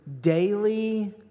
daily